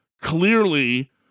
clearly